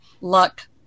Luck